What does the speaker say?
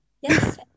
Yes